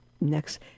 next